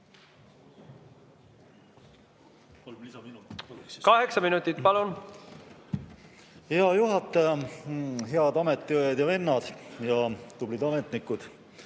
Kaheksa minutit, palun! Hea juhataja, head ametiõed ja ‑vennad ja tublid ametnikud!